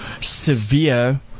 Severe